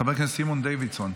חבר הכנסת סימון דוידסון,